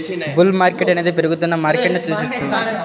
bull market అనేది పెరుగుతున్న మార్కెట్ను సూచిస్తుంది